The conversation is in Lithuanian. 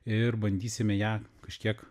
ir bandysime ją kažkiek